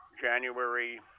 January